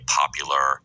popular